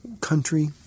country